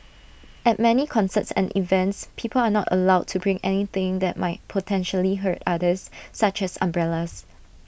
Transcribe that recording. at many concerts and events people are not allowed to bring anything that might potentially hurt others such as umbrellas